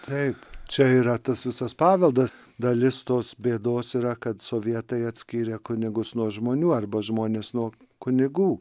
taip čia yra tas visas paveldas dalis tos bėdos yra kad sovietai atskyrė kunigus nuo žmonių arba žmonės nuo kunigų